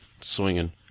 swinging